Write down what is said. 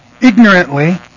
ignorantly